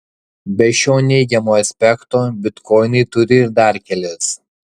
be šio neigiamo aspekto bitkoinai turi ir dar kelis